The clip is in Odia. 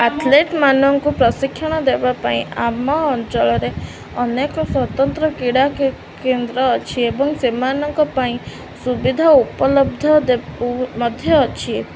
ଆଥ୍ଲେଟ୍ମାନଙ୍କୁ ପ୍ରଶିକ୍ଷଣ ଦେବା ପାଇଁ ଆମ ଅଞ୍ଚଳରେ ଅନେକ ସ୍ୱତନ୍ତ୍ର କ୍ରୀଡ଼ା କେନ୍ଦ୍ର ଅଛି ଏବଂ ସେମାନଙ୍କ ପାଇଁ ସୁବିଧା ଉପଲବ୍ଧ ମଧ୍ୟ ଅଛି